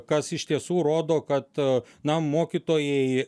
kas iš tiesų rodo kad na mokytojai